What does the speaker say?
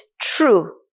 true